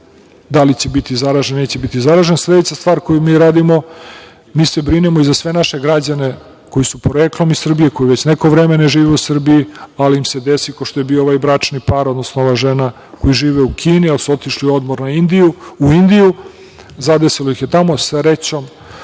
da li će biti zaraženi ili neće biti zaraženi. Sledeća stvar koju mi radimo, mi se brinemo i za sve naše građane koji su poreklom iz Srbije, koji već neko vreme ne žive u Srbiji, ali im se desi, ako što je bio ovaj bračni par, odnosno ova žena, koji žive u Kini, ali su otišli na odmor u Indiju. Zadesilo ih je tamo, srećom